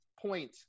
point